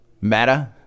Meta